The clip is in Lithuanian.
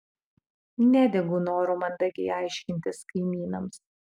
nedegu noru mandagiai aiškintis kaimynams